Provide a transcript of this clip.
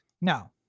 no